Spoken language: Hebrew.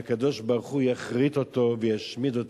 שהקדוש-ברוך-הוא יכרית אותו וישמיד אותו,